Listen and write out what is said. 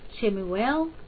Shemuel